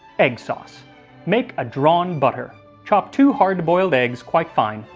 egg sauce make a drawn butter chop two hard-boiled eggs quite fine,